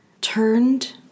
turned